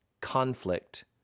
conflict